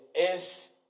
es